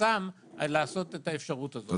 שחסם לעשות את האפשרות הזאת.